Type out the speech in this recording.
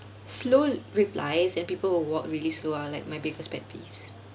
slow replies and people who walk really slow are like my biggest pet peeves